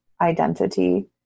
identity